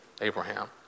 Abraham